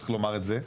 צריך לומר את זה,